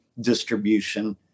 distribution